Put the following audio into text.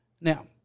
Now